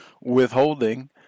withholding